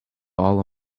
all